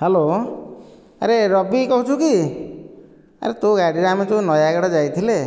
hello ଆରେ ରବି କହୁଛୁ କି ଆରେ ତୋ ଗାଡ଼ିରେ ଆମେ ଯେଉଁ ନୟାଗଡ଼ ଯାଇଥିଲେ